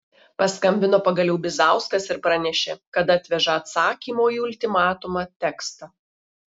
paskambino pagaliau bizauskas ir pranešė kad atveža atsakymo į ultimatumą tekstą